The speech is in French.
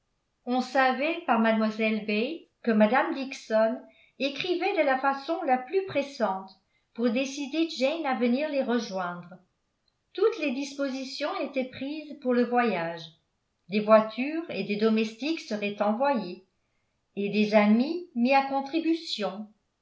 on savait par mlle bates que mme dixon écrivait de la façon la plus pressante pour décider jane à venir les rejoindre toutes les dispositions étaient prises pour le voyage des voitures et des domestiques seraient envoyés et des amis mis à contribution